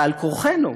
על-כורחנו,